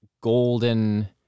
golden